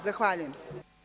Zahvaljujem se.